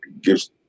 gives